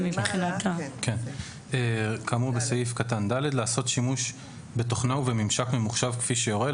(ד) לעשות שימוש בתוכנה ובממשק ממוחשב כפי שיורה,